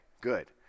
good